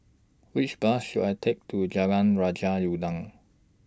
Which Bus should I Take to Jalan Raja Udang